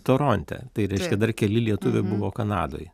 toronte tai reiškia dar keli lietuviai buvo kanadoje